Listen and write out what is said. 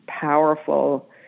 powerful